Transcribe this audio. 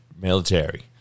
military